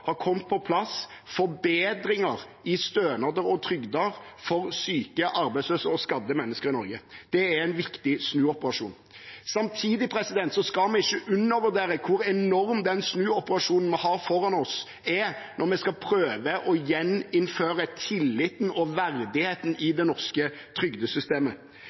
har kommet på plass forbedringer i stønader og trygder for syke, arbeidsløse og skadde mennesker i Norge. Det er en viktig snuoperasjon. Samtidig skal vi ikke undervurdere hvor enorm den er, den snuoperasjonen vi har foran oss når vi skal prøve å gjeninnføre tilliten og verdigheten i det norske trygdesystemet.